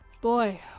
Boy